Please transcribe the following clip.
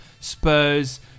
Spurs